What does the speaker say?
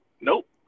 Nope